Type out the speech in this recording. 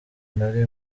nari